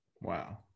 Wow